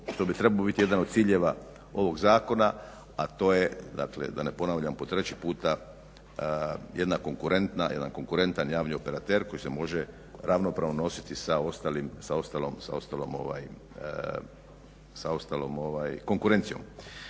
što bi trebao biti jedan od ciljeva ovog zakona a to je da ne ponavljam po treći puta jedna konkurentna, jedan konkurentan javni operater koji se može ravnopravno nositi sa ostalom konkurencijom.